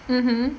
mmhmm